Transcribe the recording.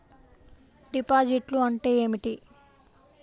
డిపాజిట్లు అంటే ఏమిటి?